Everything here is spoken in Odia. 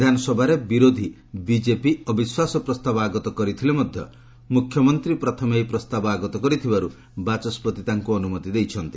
ବିଧାନସଭାରେ ବିରୋଧୀ ବିଜେପି ଅବିଶ୍ୱାସ ପ୍ରସ୍ତାବ ଆଗତ କରିଥିଲେ ମଧ୍ୟ ମୁଖ୍ୟମନ୍ତ୍ରୀ ପ୍ରଥମେ ଏହି ପ୍ରସ୍ତାବ ଆଗତ କରିଥିବାରୁ ବାଚସ୍କତି ତାଙ୍କୁ ଅନୁମତି ଦେଇଛନ୍ତି